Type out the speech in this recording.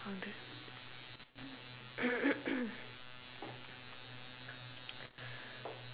I'll do